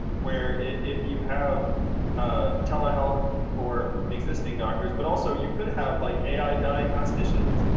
where if you have ah telehealth for existing doctors, but also you could have, like, ai diagnosticians